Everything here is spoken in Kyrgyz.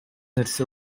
нерсе